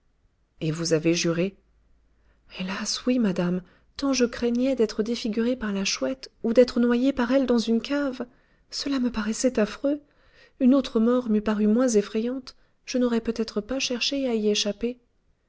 et vous avez juré hélas oui madame tant je craignais d'être défigurée par la chouette ou d'être noyée par elle dans une cave cela me paraissait affreux une autre mort m'eût paru moins effrayante je n'aurais peut-être pas cherché à y échapper